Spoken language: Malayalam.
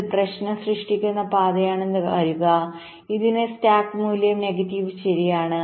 ഇത് പ്രശ്നം സൃഷ്ടിക്കുന്ന പാതയാണെന്ന് കരുതുക അതിന് സ്ലാക്ക് മൂല്യം നെഗറ്റീവ് ശരിയാണ്